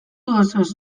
osoz